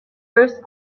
first